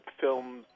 film